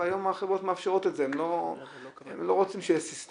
אבל היכולת שלנו לעשות היא מאוד